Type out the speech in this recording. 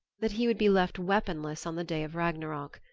that he would be left weaponless on the day of ragnarok,